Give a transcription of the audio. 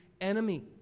enemy